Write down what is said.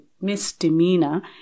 misdemeanor